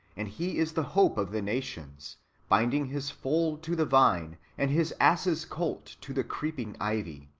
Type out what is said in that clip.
and he is the hope of the nations binding his foal to the vine, and his ass's colt to the creeping ivy.